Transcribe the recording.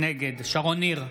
נגד שרון ניר,